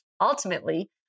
ultimately